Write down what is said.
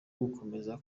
gukomeza